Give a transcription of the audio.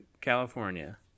California